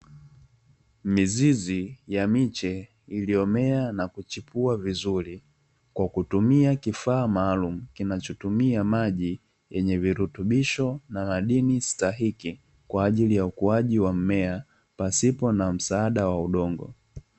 Mizizi ya miche iliyomea na kuchipua vizuri kwa kutumia kifaa maalumu kinachotumia maji yenye virutubisho, na madini stahiki kwa ajili ya ukuaji wa mimea pasipo na msaada wa udongo.